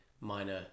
minor